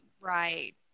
right